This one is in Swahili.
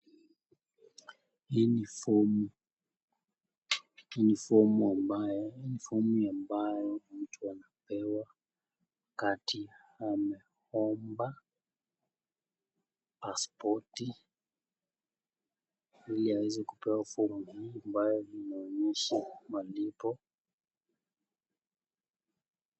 Hii ni fomu, ni fomu ambayo mtu anapewa wakati anaomba aspoti ili aweze kupewa fomu hii ambayo inaonyesha malipo.